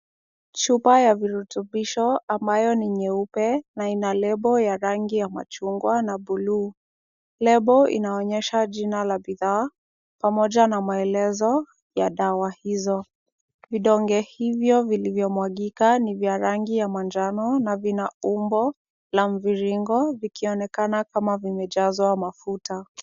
Chupa ya virutubisho ambayo ni nyeupe na ina lebo ya rangi ya machungwa na buluu. Lebo inaonyesha jina la bidhaa pamoja na maelezo ya dawa hizo. Vidonge hivyo vilivyomwagika ni vya rangi ya manjano, na vina umbo la mviringo vikionekana kama vimejazwa mafuta.